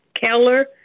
Keller